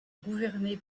gouverné